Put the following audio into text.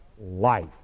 life